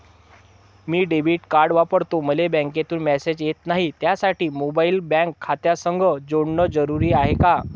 मी debit card वापरतो मले बँकेतून मॅसेज येत नाही, त्यासाठी मोबाईल बँक खात्यासंग जोडनं जरुरी हाय का?